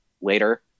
later